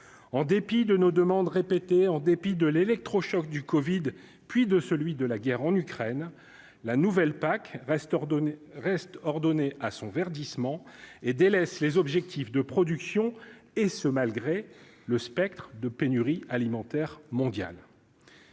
en dépit de nos demandes répétées, en dépit de l'électrochoc du Covid, puis de celui de la guerre en Ukraine, la nouvelle PAC reste redonner reste ordonné à son verdissement et délaissent les objectifs de production et ce malgré le spectre de pénurie alimentaire mondial.